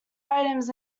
items